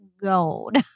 gold